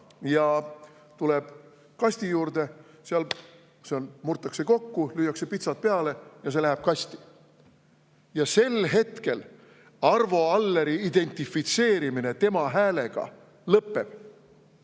ja tuleb kasti juurde, seal murtakse [paberileht] kokku, lüüakse pitsat peale ja see läheb kasti. Sel hetkel Arvo Alleri identifitseerimine tema häälega lõpeb.